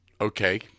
Okay